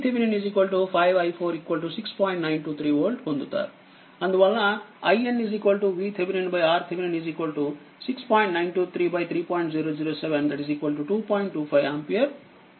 25ఆంపియర్